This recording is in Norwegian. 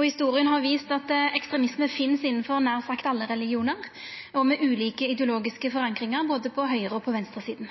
Historia har vist at ekstremisme finst innanfor nær sagt alle religionar og med ulike ideologiske forankringar, både på høgre- og